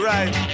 Right